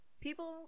people